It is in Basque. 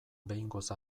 behingoz